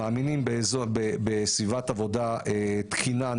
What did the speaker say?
מאמינים בסביבת עבודה תקינה,